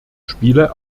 spiele